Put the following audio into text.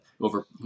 over